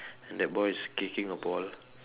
and that boy is kicking a ball